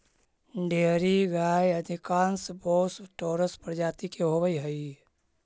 dairy गाय अधिकांश Bos taurus प्रजाति के होवऽ हइ